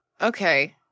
Okay